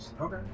Okay